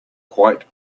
quite